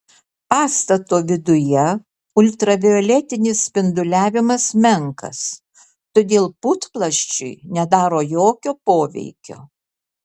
pastato viduje ultravioletinis spinduliavimas menkas todėl putplasčiui nedaro jokio poveikio